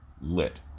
lit